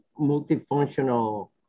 multifunctional